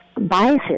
biases